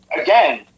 again